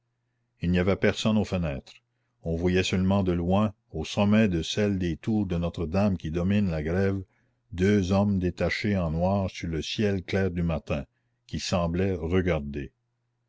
il n'y avait personne aux fenêtres on voyait seulement de loin au sommet de celle des tours de notre-dame qui domine la grève deux hommes détachés en noir sur le ciel clair du matin qui semblaient regarder